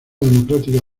democrática